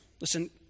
Listen